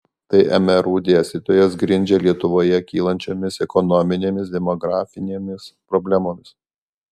tai mru dėstytojas grindžia lietuvoje kylančiomis ekonominėmis demografinėmis problemomis